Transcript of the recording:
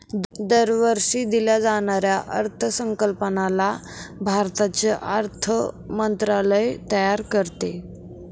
दरवर्षी दिल्या जाणाऱ्या अर्थसंकल्पाला भारताचे अर्थ मंत्रालय तयार करते